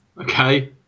Okay